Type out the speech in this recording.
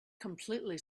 completely